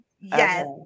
yes